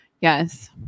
Yes